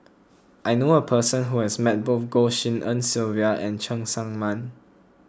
I knew a person who has met both Goh Tshin En Sylvia and Cheng Tsang Man